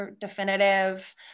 definitive